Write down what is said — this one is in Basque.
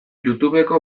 youtubeko